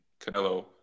Canelo